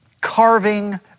carving